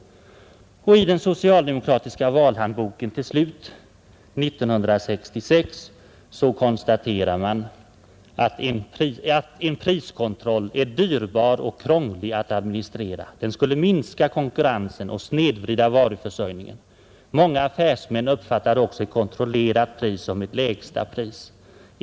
I den socialdemokratiska valhandboken 1966 konstateras att en priskontroll är ”dyrbar och krånglig att administrera. Den kan minska konkurrensen och snedvrida varuförsörjningen. Många affärsmän uppfattar också ett kontrollerat pris som ett lägsta pris.